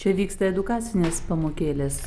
čia vyksta edukacinės pamokėlės